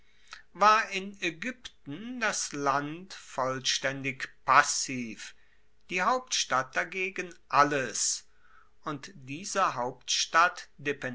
war in aegypten das land vollstaendig passiv die hauptstadt dagegen alles und diese hauptstadt